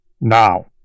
Now